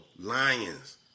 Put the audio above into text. Lions